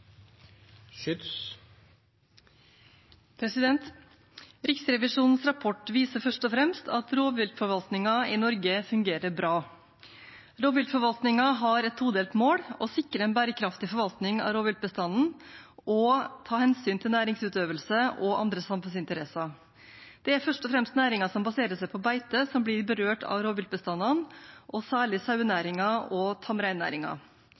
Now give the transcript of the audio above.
Riksrevisjonens rapport viser først og fremst at rovviltforvaltningen i Norge fungerer bra. Rovviltforvaltningen har et todelt mål: å sikre en bærekraftig forvaltning av rovviltbestanden og å ta hensyn til næringsutøvelse og andre samfunnsinteresser. Det er først og fremst næringer som baserer seg på beite, som blir berørt av rovviltbestandene, og særlig sauenæringen og